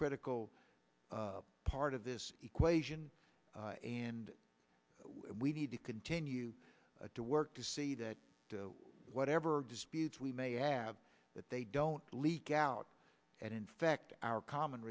critical part of this equation and we need to continue to work to see that whatever disputes we may have that they don't leak out and in fact our common